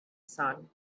sun